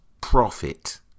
profit